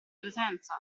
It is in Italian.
presenza